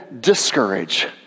discourage